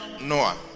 Noah